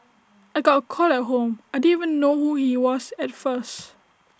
I got A call at home I didn't even know who he was at first